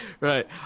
Right